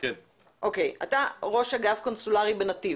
אתה ראש אגף קונסולרי בנתיב.